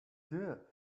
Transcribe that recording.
deer